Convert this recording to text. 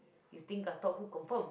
you think I thought who confirm